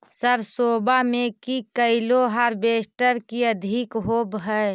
सरसोबा मे की कैलो हारबेसटर की अधिक होब है?